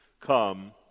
come